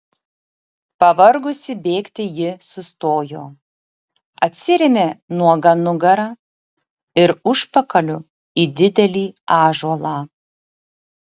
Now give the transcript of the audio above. pavargusi bėgti ji sustojo atsirėmė nuoga nugara ir užpakaliu į didelį ąžuolą